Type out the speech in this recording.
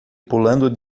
pulando